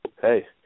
hey